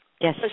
Yes